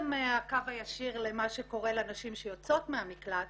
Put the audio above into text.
הקו הישיר למה שקורה לנשים שיוצאות מהמקלט